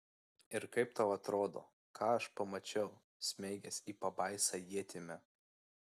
ir kaip tau atrodo ką aš pamačiau smeigęs į pabaisą ietimi